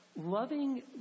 loving